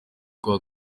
kwa